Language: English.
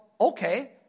okay